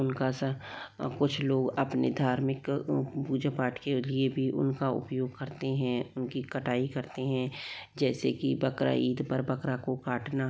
उनका ऐसा कुछ लोग अपने धार्मिक पूजा पाठ के लिए भी उनका उपयोग करते हैं उनकी कटाई करते हैं जैसे की बकरा ईद पर बकरा को काटना